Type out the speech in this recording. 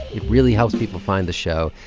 it really helps people find the show.